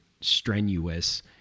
strenuous